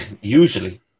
usually